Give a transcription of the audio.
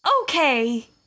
okay